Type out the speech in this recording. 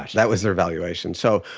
that was their valuation, so,